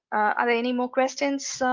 are there any more questions? so